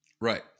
Right